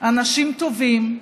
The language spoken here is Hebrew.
אנשים טובים,